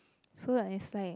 so like it's like